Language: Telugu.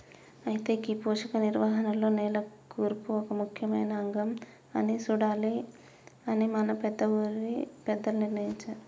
అయితే గీ పోషక నిర్వహణలో నేల కూర్పు ఒక ముఖ్యమైన అంగం అని సూడాలి అని మన ఊరి పెద్దలు నిర్ణయించారు